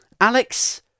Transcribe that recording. Alex